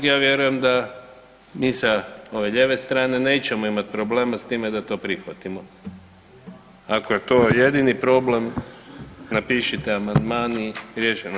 Ja vjerujem da mi sa ove lijeve strane nećemo imati problema sa time da to prihvatimo ako je to jedini problem, napišite amandman i riješena